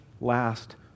last